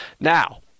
Now